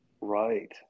right